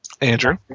Andrew